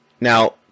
Now